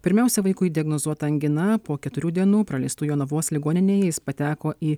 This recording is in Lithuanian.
pirmiausia vaikui diagnozuota angina po keturių dienų praleistų jonavos ligoninėje jis pateko į